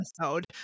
episode